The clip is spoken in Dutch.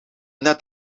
net